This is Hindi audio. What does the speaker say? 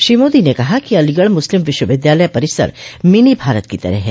श्री मोदी ने कहा कि अलीगढ़ मुस्लिम विश्व विद्यालय परिसर मिनी भारत की तरह है